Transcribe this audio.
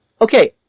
okay